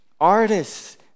Artists